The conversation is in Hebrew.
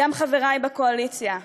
גם חברי בקואליציה,